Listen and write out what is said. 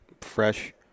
fresh